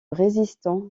résistants